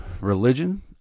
religion